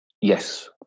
Yes